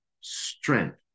strength